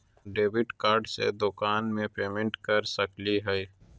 Debit card से दुकान में पेमेंट कर सकली हई?